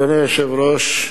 אדוני היושב-ראש,